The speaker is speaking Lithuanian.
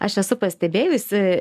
aš esu pastebėjusi